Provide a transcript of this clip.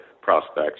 prospects